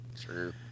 true